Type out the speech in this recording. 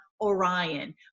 Orion